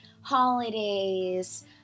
holidays